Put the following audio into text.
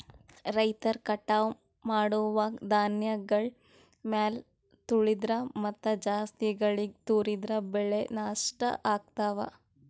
ರೈತರ್ ಕಟಾವ್ ಮಾಡುವಾಗ್ ಧಾನ್ಯಗಳ್ ಮ್ಯಾಲ್ ತುಳಿದ್ರ ಮತ್ತಾ ಜಾಸ್ತಿ ಗಾಳಿಗ್ ತೂರಿದ್ರ ಬೆಳೆ ನಷ್ಟ್ ಆಗ್ತವಾ